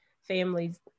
Families